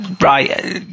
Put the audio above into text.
Right